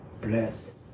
bless